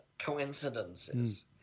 coincidences